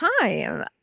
time